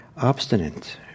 obstinate